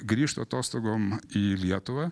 grįžtu atostogom į lietuvą